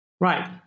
right